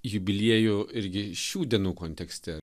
jubiliejų irgi šių dienų kontekste